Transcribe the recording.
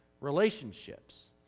relationships